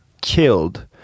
killed